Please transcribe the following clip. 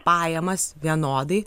pajamas vienodai